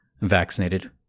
vaccinated